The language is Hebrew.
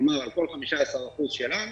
כלומר, על כל 15% שלנו,